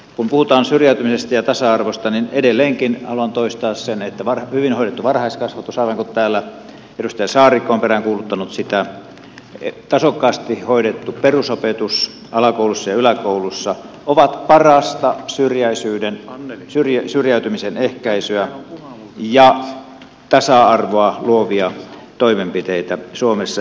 kun puhutaan syrjäytymisestä ja tasa arvosta niin edelleenkin haluan toistaa sen että hyvin hoidettu varhaiskasvatus aivan kuten täällä edustaja saarikko on peräänkuuluttanut sekä tasokkaasti hoidettu perusopetus alakoulussa ja yläkoulussa ovat parasta syrjäytymisen ehkäisyä ja tasa arvoa luovia toimenpiteitä suomessa